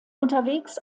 unterwegs